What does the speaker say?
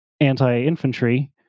anti-infantry